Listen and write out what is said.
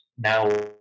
now